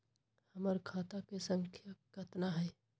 हमर खाता के सांख्या कतना हई?